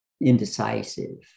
Indecisive